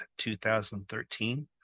2013